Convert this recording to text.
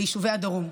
ביישובי הדרום.